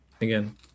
Again